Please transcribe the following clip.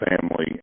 family